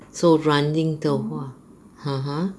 so running 的话 !huh! !huh!